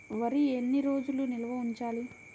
వరి ఎన్ని రోజులు నిల్వ ఉంచాలి?